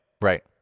Right